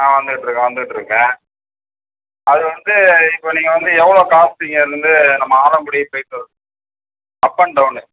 ஆ வந்துட்டுருக்கேன் வந்துட்டுருக்கேன் அது வந்து இப்போ நீங்கள் வந்து எவ்வளோ கேட்பீங்க இங்கேருந்து நம்ம ஆலங்குடி போய்ட்டு வர்றதுக்கு அப் அண்ட் டவுன்னு